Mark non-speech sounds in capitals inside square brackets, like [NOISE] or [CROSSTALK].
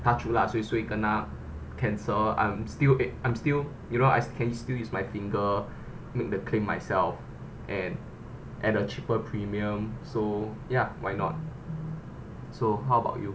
touch wood lah suay suay kena cancer I'm still eh I'm still you know I can still use my finger [BREATH] make the claim myself and at a cheaper premium so ya why not so how about you